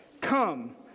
come